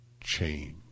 change